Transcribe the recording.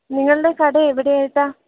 നിങ്ങളുടെ കട എവിടെയായിട്ടാണ്